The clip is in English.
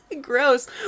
Gross